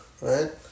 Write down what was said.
Right